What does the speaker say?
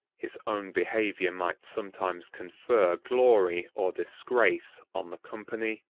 his own behavior might sometimes confer glory or disgrace on the company,